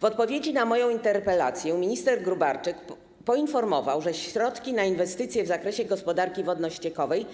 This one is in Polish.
W odpowiedzi na moją interpelację minister Gróbarczyk poinformował, że środki na inwestycje w zakresie gospodarki wodno-ściekowej